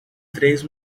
três